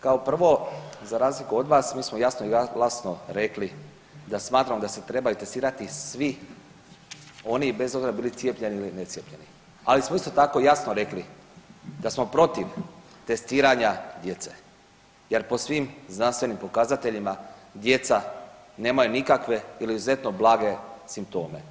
Kao prvo za razliku od vas mi smo jasno i glasno rekli da smatramo da se trebaju testirati svi oni bez obzira bili cijepljeni ili ne cijepljeni, ali smo isto tako jasno rekli da smo protiv testiranja djece jer po svim znanstvenim pokazateljima djeca nemaju nikakve ili izuzetno blage simptome.